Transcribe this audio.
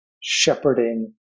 shepherding